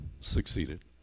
succeeded